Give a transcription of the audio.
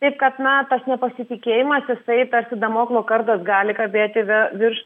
taip kad na tas nepasitikėjimas jisai tarsi damoklo kardas gali kabėti vi virš